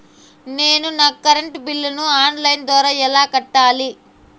నేను నా కరెంటు బిల్లును ఆన్ లైను ద్వారా ఎలా కట్టాలి?